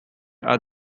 are